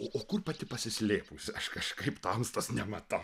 o o kur pati pasislėpusi aš kažkaip tamstos nematau